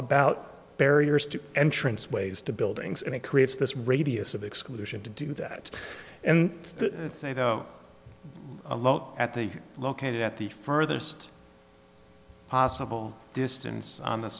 about barriers to entrance ways to buildings and it creates this radius of exclusion to do that and say though a lot at the located at the further sed possible distance on the